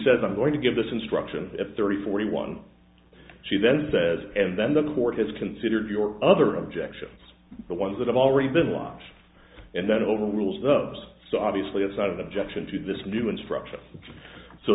says i'm going to give this instruction at thirty forty one she then says and then the lord has considered your other objections the ones that have already been lodged and that overrules dubs so obviously it's not an objection to this new instruction so